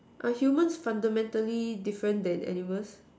are humans fundamentally different than animals